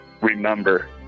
remember